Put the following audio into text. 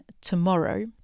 tomorrow